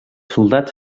soldats